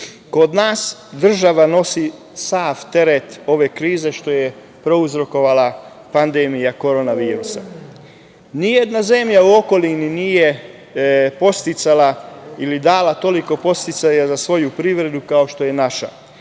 nas država nosi sav teret ove krize što je prouzrokovala pandemija korona virusa. Nijedna zemlja u okolini nije podsticala ili dala toliko podsticaja za svoju privredu kao što je naša.